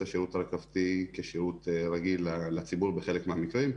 השירות הרכבתי כשירות רגיל לציבור בחלק מהמקרים,